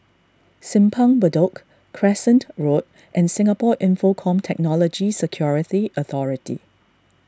Simpang Bedok Crescent Road and Singapore Infocomm Technology Security Authority